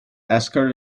ascot